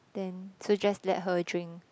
then so just let her drink